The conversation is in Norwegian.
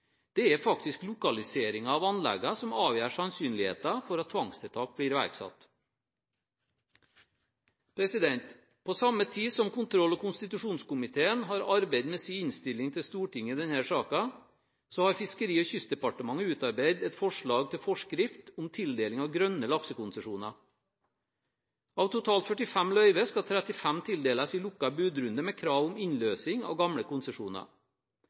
det er faktisk lokaliseringen av anleggene som avgjør sannsynligheten for at tvangstiltak blir iverksatt. På samme tid som kontroll- og konstitusjonskomiteen har arbeidet med innstillingen til Stortinget i denne saken, har Fiskeri- og kystdepartementet utarbeidet et forslag til forskrift om tildeling av grønne laksekonsesjoner. Av totalt 45 løyver skal 35 tildeles i lukket budrunde med krav om innløsing av gamle konsesjoner.